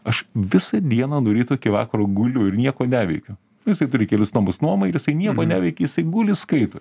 aš visą dieną nuo ryto iki vakaro guliu ir nieko neveikiu jisai turi kelis namus nuomai ir visai nieko neveikia jisai guli skaito